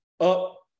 up